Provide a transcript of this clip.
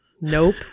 nope